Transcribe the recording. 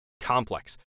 complex